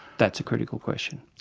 that's a critical question.